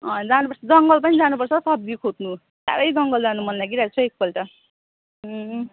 अँ जानुपर्छ जङ्गल पनि जानुपर्छ सब्जी खोज्नु साह्रै जङ्गल जानु मन लागि रहेको छ हो एकपल्ट